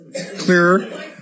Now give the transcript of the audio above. clearer